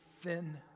thin